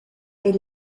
est